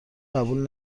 قبول